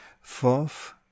fourth